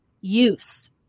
use